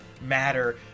matter